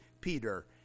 Peter